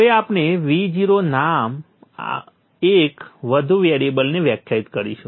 હવે આપણે Vo નામના 1 વધુ વેરિએબલને વ્યાખ્યાયિત કરીશું